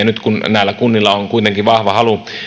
nyt näillä kunnilla on kuitenkin vahva halu